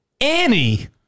Annie